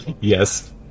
Yes